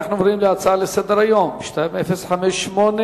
אנחנו עוברים להצעה לסדר-היום מס' 2058: